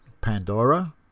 Pandora